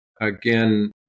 again